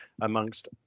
amongst